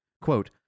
quote